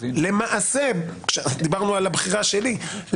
דיברנו על הבחירה שלי,